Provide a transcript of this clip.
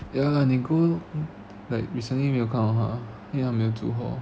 ya lah nicole like recently 没有看到她因为她没有住 hall